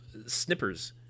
snippers